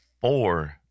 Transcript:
four